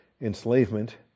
enslavement